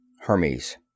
Hermes